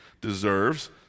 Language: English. deserves